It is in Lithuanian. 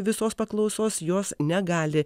visos paklausos jos negali